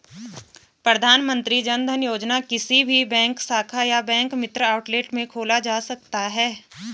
प्रधानमंत्री जनधन योजना किसी भी बैंक शाखा या बैंक मित्र आउटलेट में खोला जा सकता है